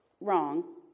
wrong